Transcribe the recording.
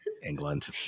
England